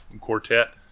quartet